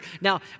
Now